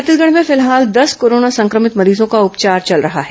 छत्तीसगढ़ में फिलहाल दस कोरोना संक्रमित मरीजों का उपचार चल रहा है